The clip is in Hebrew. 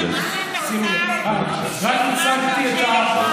שימי לב, ממש לא הלך לך.